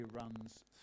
runs